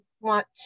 want